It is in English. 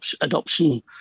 adoption